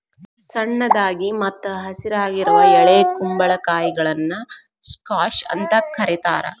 ಸಣ್ಣದಾಗಿ ಮತ್ತ ಹಸಿರಾಗಿರುವ ಎಳೆ ಕುಂಬಳಕಾಯಿಗಳನ್ನ ಸ್ಕ್ವಾಷ್ ಅಂತ ಕರೇತಾರ